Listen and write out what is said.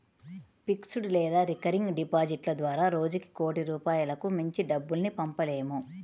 fixed లేదా recurring డిపాజిట్ల ద్వారా రోజుకి కోటి రూపాయలకు మించి డబ్బుల్ని పంపలేము